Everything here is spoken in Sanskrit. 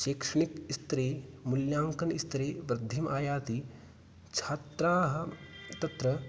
शैक्षणिकस्तरे मूल्याङ्कनस्तरे वृद्धिम् आयाति छात्राः तत्र